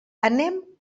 anem